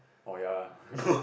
oh ya lah